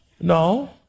No